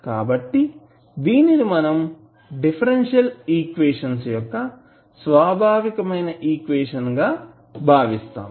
కాబట్టి దీనిని మనం డిఫరెన్షియల్ ఈక్వేషన్స్ యొక్క స్వాభావికమైన ఈక్వేషన్ గా భావిస్తాము